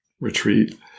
retreat